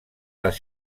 les